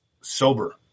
sober